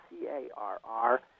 C-A-R-R